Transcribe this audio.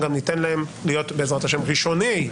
גם ניתן להם להיות ראשוני הדוברים.